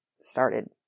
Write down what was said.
started